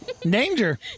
danger